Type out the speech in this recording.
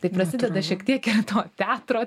tai prasideda šiek tiek ir to teatro